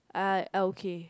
I I okay